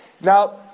Now